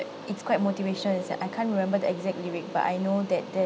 it's quite motivation is that I can't remember the exact lyric but I know that there